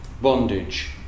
bondage